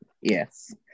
Yes